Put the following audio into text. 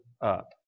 up